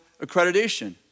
accreditation